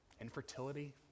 Infertility